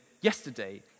Yesterday